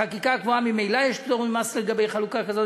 בחקיקה הקבועה ממילא יש פטור ממס לגבי חלוקה כזאת.